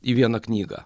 į vieną knygą